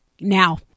Now